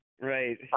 Right